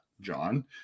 john